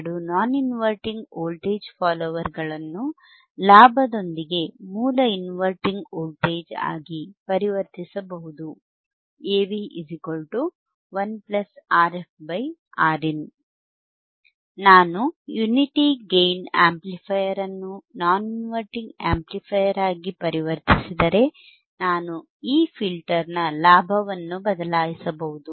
ಎರಡು non inverting voltage ಫಾಲ್ಲೋವರ್ಗಳನ್ನು ಲಾಭದೊಂದಿಗೆ ಮೂಲ ಇನ್ವರ್ಟಿಂಗ್ ವೋಲ್ಟೇಜ್ ಆಗಿ ಸುಲಭವಾಗಿ ಪರಿವರ್ತಿಸಬಹುದು Av 1RfRin ನಾನು ಈ ಯುನಿಟಿ ಗೇಯ್ನ್ ಆಂಪ್ಲಿಫೈಯರ್ ಅನ್ನು ನಾನ್ ಇನ್ವರ್ಟಿಂಗ್ ಆಂಪ್ಲಿಫೈಯರ್ ಆಗಿ ಪರಿವರ್ತಿಸಿದರೆ ನಾನು ಈ ಫಿಲ್ಟರ್ನ ಲಾಭವನ್ನು ಬದಲಾಯಿಸಬಹುದು